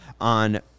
on